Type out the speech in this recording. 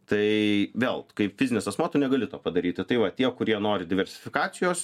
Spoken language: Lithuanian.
tai vėl kaip fizinis asmuo tu negali to padaryti tai va tie kurie nori diversifikacijos